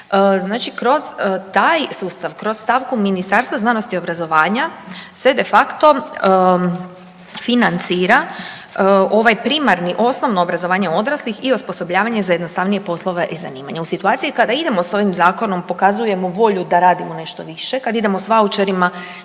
znači kroz taj sustav, kroz stavku Ministarstva znanosti i obrazovanja se de facto financira ovaj primarni osnovno obrazovanje odraslih i osposobljavanje za jednostavnije poslove i zanimanja. U situaciji kada idemo sa ovim zakonom pokazujemo volju da radimo nešto više. Kad idemo s vaučarima